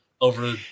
over